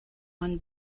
one